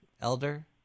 elder